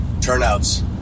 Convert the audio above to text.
turnouts